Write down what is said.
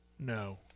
no